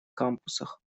кампусах